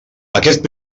aquest